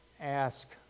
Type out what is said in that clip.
ask